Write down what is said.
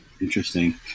Interesting